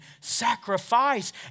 sacrifice